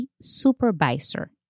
supervisor